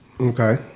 Okay